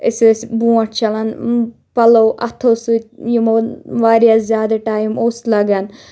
أسۍ ٲسۍ برٛونٛٹھ چھلان پَلَو اَتھو سٟتۍ یِمو واریاہ زِیادٕ ٹایِم اوس لگان